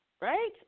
right